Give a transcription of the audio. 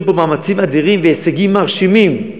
פה מאמצים אדירים ויש הישגים מרשימים.